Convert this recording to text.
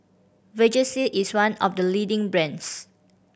Vagisil is one of the leading brands